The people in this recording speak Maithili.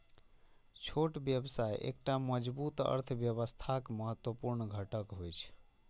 छोट व्यवसाय एकटा मजबूत अर्थव्यवस्थाक महत्वपूर्ण घटक होइ छै